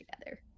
together